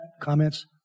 Comments